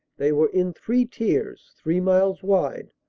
they were in three tiers, three miles wide,